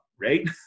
right